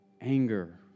anger